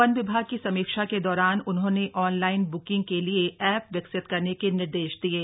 one विभाग की समीक्षा के दौरान उन्होंने ऑनलाइन ब्र्किंग के लिए एप विकसित करने के निर्देश दिये